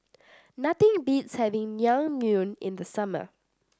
nothing beats having Naengmyeon in the summer